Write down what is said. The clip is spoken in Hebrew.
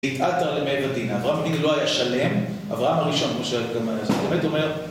להתאטר למעבר לדינה, אברהם המדינה לא היה שלם, אברהם הראשון כמו שאלת גם עליה, זאת אומרת